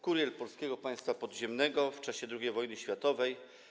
Kurier Polskiego Państwa Podziemnego w czasie II wojny światowej.